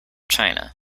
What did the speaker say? china